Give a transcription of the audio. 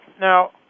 Now